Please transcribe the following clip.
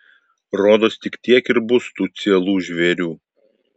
rodos tik tiek ir bus tų cielų žvėrių